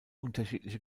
unterschiedliche